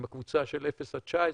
הם בקבוצה של 0 19,